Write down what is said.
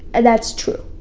and that's true.